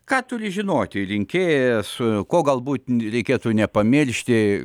ką turi žinoti rinkėjas ko galbūt reikėtų nepamiršti